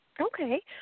Okay